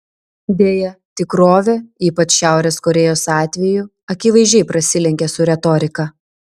deja tikrovė ypač šiaurės korėjos atveju akivaizdžiai prasilenkia su retorika